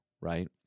right